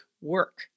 work